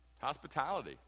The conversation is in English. Hospitality